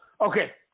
okay